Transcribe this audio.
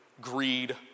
greed